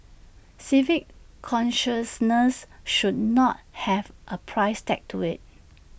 civic consciousness should not have A price tag to IT